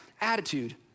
attitude